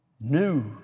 new